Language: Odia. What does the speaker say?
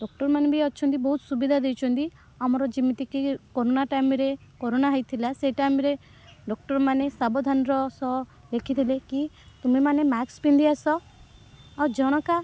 ଡକ୍ଟର୍ମାନେ ବି ଅଛନ୍ତି ବହୁତ ସୁବିଧା ଦେଇଛନ୍ତି ଆମର ଯେମିତି କି କରୋନା ଟାଇମ୍ରେ କରୋନା ହୋଇଥିଲା ସେହି ଟାଇମ୍ରେ ଡକ୍ଟର୍ମାନେ ସାବଧାନର ସହ ଲେଖିଥିଲେ କି ତୁମେମାନେ ମାସ୍କ୍ ପିନ୍ଧି ଆସ ଆଉ ଜଣକା